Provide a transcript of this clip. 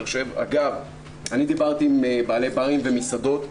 אגב, דיברתי עם בעלי ברים ומסעדות,